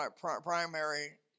primary